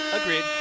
Agreed